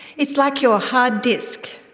it's like your hard disk,